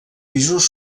pisos